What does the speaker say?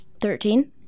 Thirteen